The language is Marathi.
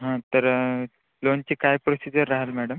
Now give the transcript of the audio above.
हा तर लोनची काय प्रोसिजर राहील मॅडम